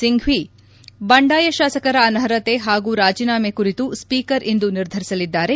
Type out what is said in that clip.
simply ಬಂಡಾಯ ಶಾಸಕರ ಅನರ್ಹತೆ ಹಾಗೂ ರಾಜೀನಾಮೆ ಕುರಿತು ಸ್ವೀಕರ್ ಇಂದು ನಿರ್ಧರಿಸಲಿದ್ದಾರೆ